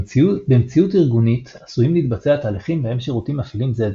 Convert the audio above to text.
במציאות ארגונית עשויים להתבצע תהליכים בהם שירותים מפעילים זה את